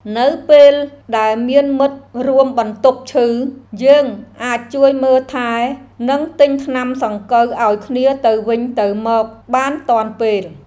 នៅពេលដែលមានមិត្តរួមបន្ទប់ឈឺ យើងអាចជួយមើលថែ និងទិញថ្នាំសង្កូវឱ្យគ្នាទៅវិញទៅមកបានទាន់ពេល។